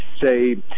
say